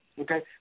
Okay